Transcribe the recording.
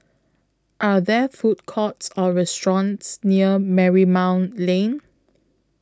Are There Food Courts Or restaurants near Marymount Lane